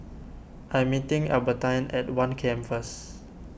I am meeting Albertine at one K M first